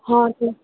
ହଁ ଯେ